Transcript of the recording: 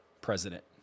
president